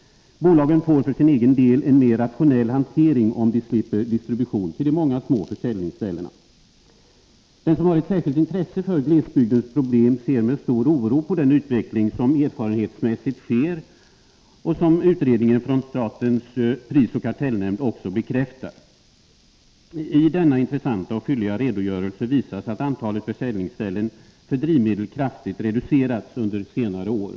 Bolagen får för sin egen del en mer rationell hantering om de slipper distribution till de många små försäljningsställena. Den som har ett särskilt intresse för glesbygdens problem ser med stor oro på den utveckling som erfarenhetsmässigt sker och som utredningen från statens prisoch kartellnämnd också bekräftar. I denna intressanta och fylliga redogörelse visas att antalet försäljningsställen för drivmedel kraftigt reducerats under senare år.